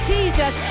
Jesus